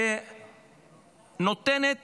שלא נותנת